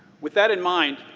with that in mind,